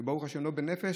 ברוך השם אם זה לא בנפש,